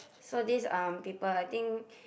so these um people I think